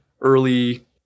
early